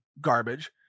garbage